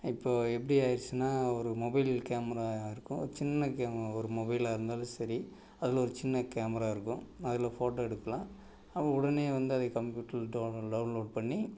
இப்போது எப்படி ஆயிடிச்சுன்னா ஒரு மொபைல் கேமரா இருக்கும் ஒரு சின்ன கேமரா ஒரு மொபைலாக இருந்தாலும் சரி அதில் ஒரு சின்ன கேமரா இருக்கும் அதில் ஃபோட்டோ எடுக்கலாம் அப்போ உடனே வந்து அதை கம்ப்யூட்டரில் டவுன்லோட் டவுன்லோட் பண்ணி